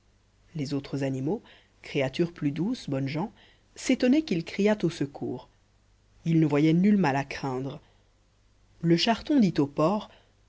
les autres animaux créatures plus douces bonnes gens s'étonnaient qu'il criât au secours ils ne voyaient nul mal à craindre le charton dit au porc